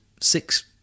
six